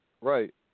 Right